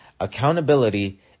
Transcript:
accountability